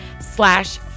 slash